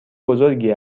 بزرگی